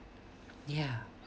ya